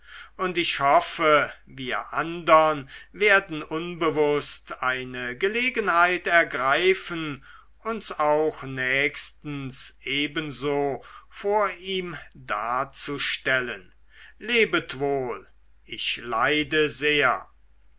und ich hoffe wir andern werden unbewußt eine gelegenheit ergreifen uns auch nächstens ebenso vor ihm darzustellen lebet wohl ich leide sehr